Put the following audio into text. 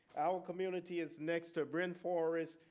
our community is next to bryn forest,